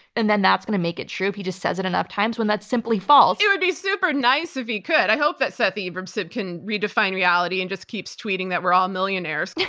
and then that's going to make it true if he just says it enough times when that's simply false. it would be super nice if he could. i hope that seth abramson can redefine reality and just keeps tweeting that we're all millionaires. yeah